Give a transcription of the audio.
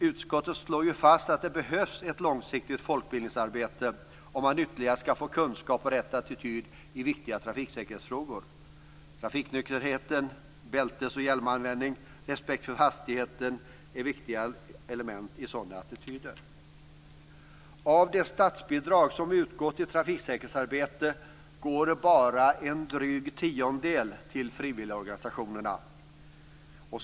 Utskottet slår ju fast att det behövs ett långsiktigt folkbildningsarbete för att ge kunskaper och skapa rätt attityd i viktiga trafiksäkerhetsfrågor. Trafiknykterheten, bältesoch hjälmanvändning och respekt för hastigheten är viktiga element i sådana attityder. Av det statsbidrag som utgår till trafiksäkerhetsarbete går bara en dryg tiondel till frivilligorganisationerna.